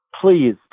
please